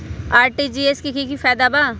RTGS से की की फायदा बा?